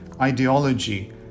Ideology